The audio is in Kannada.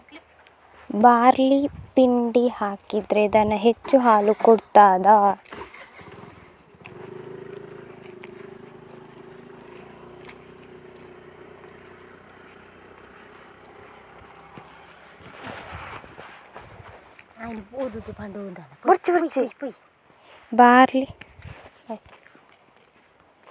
ಬಾರ್ಲಿ ಪಿಂಡಿ ಹಾಕಿದ್ರೆ ದನ ಹೆಚ್ಚು ಹಾಲು ಕೊಡ್ತಾದ?